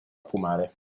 fumare